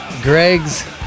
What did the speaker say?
Greg's